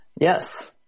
yes